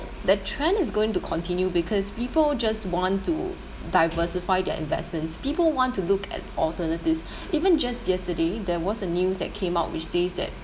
the trend is going to continue because people just want to diversify their investments people want to look at alternatives even just yesterday there was a news that came out which says that